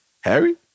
Harry